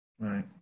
Right